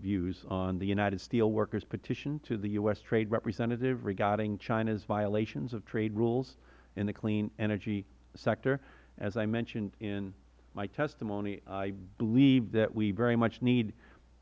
views on the united steelworkers petition to the u s trade representative regarding china's violations of trade rules in the clean energy sector as i mentioned in my testimony i believe that we very much need